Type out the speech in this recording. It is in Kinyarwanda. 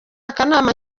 akanama